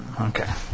Okay